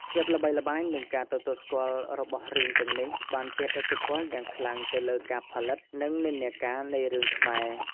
ភាពល្បីល្បាញនិងការទទួលស្គាល់របស់រឿងទាំងនេះ បានជះឥទ្ធិពលយ៉ាងខ្លាំងទៅលើការផលិត និងនិន្នាការនៃរឿងខ្មែរ។